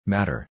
Matter